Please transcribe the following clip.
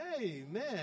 Amen